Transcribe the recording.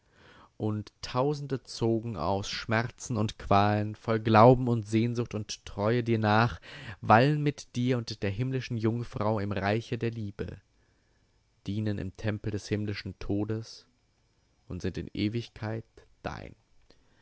und tausende zogen aus schmerzen und qualen voll glauben und sehnsucht und treue dir nach wallen mit dir und der himmlischen jungfrau im reiche der liebe dienen im tempel des himmlischen todes und sind in ewigkeit dein